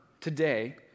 today